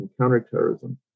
counterterrorism